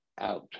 out